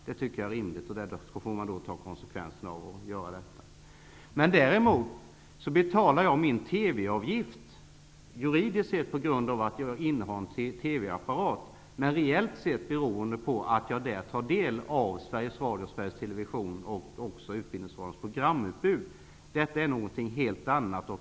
Det tycker jag är rimligt. Däremot betalar jag min TV-avgift juridiskt sett på grund av att jag innehar en TV-apparat men reellt sett beroende på att jag tar del av Sveriges Radios, Sveriges Televisions och även Utbildningsradions programutbud. Det är någonting helt annat.